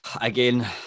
again